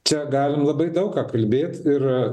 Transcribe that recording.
čia galim labai daug ką kalbėt ir